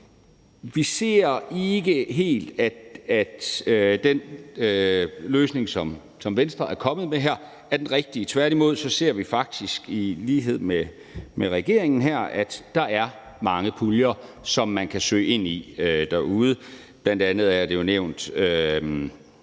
Vi ser ikke helt, at den løsning, som Venstre er kommet med her, er den rigtige. Tværtimod ser vi faktisk i lighed med regeringen, at der er mange puljer, som man kan søge derude. Bl.a. er der nævnt